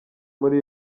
muri